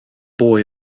boy